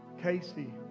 Casey